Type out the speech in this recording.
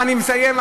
אני מסיים.